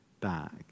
back